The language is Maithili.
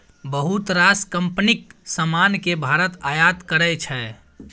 बहुत रास कंपनीक समान केँ भारत आयात करै छै